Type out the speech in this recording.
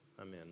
Amen